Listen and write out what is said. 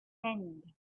end